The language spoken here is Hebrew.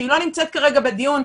שלא נמצאת כרגע בדיון,